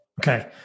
Okay